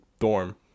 dorm